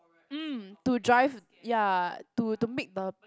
mm to drive ya to to make the